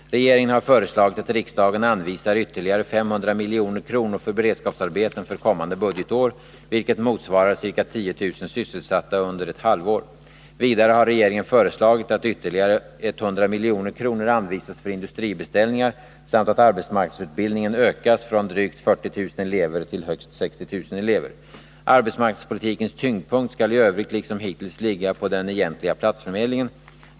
Regeringen har föreslagit att riksdagen anvisar ytterligare 500 milj.kr. för beredskapsarbeten för kommande budgetår, vilket motsvarar ca 10000 sysselsatta under ett halvår. Vidare har regeringen föreslagit att ytterligare 100 milj.kr.anvisas för industribeställningar samt att arbetsmarknadsutbildningen ökas från drygt 40 000 elever till högst 60 000 elever. Arbetsmarknadspolitikens tyngdpunkt skall i övrigt liksom hittills ligga på den egentliga platsförmedlingen.